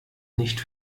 nicht